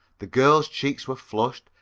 the girl's cheeks were flushed,